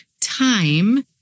time